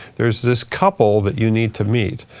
there's this couple that you need to meet.